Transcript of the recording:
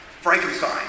Frankenstein